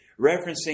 referencing